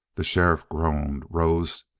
the sheriff groaned, rose,